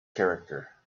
character